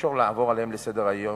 אי-אפשר לעבור עליהם לסדר-היום,